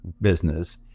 business